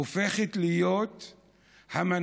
הופכת להיות המנהיג